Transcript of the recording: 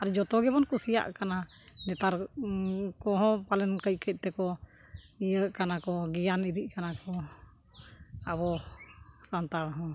ᱟᱨ ᱡᱚᱛᱚ ᱜᱮᱵᱚᱱ ᱠᱩᱥᱤᱭᱟᱜ ᱠᱟᱱᱟ ᱱᱮᱛᱟᱨ ᱠᱚᱦᱚᱸ ᱯᱟᱞᱮᱱ ᱠᱟᱹᱡ ᱠᱟᱹᱡ ᱛᱮᱠᱚ ᱤᱭᱟᱹ ᱠᱟᱱᱟ ᱠᱚ ᱜᱮᱭᱟᱱ ᱤᱫᱤᱜ ᱠᱟᱱᱟ ᱠᱚ ᱟᱵᱚ ᱥᱟᱱᱛᱟᱲ ᱦᱚᱸ